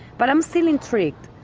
but i'm still intrigued.